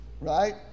Right